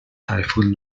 typhoon